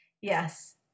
Yes